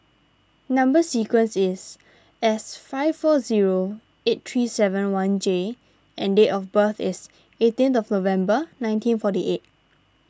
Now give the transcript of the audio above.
Number Sequence is S five four zero eight three seven one J and date of birth is eighteenth of November nineteen forty eight